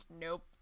Nope